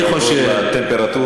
עכשיו נעבור לטמפרטורות.